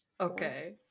Okay